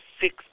six